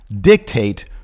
dictate